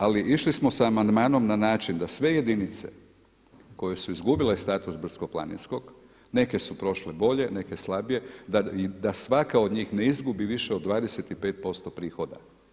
Ali išli smo sa amandmanom na način da sve jedinice koje su izgubile status brdsko-planinskog neke su prošle bolje, neke slabije, da svaka od njih ne izgubi više od 25% prihoda.